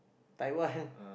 Taiwan